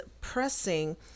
pressing